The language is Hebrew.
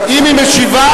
אם היא משיבה,